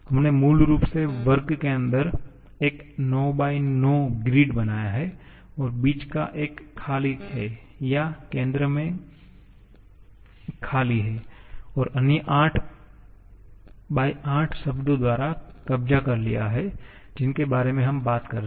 हमने मूल रूप से वर्ग के अंदर एक 9 × 9 ग्रिड बनाया है और बीच का एक खाली है या केंद्र में खाली है और अन्य आठ उन आठ पदों द्वारा कब्जा कर लिया गया है जिनके बारे में हम बात कर रहे हैं